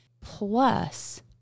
plus